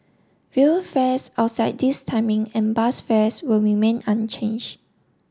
rail fares outside this timing and bus fares will remain unchanged